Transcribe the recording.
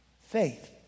faith